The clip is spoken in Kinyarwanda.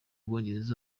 bwongereza